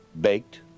baked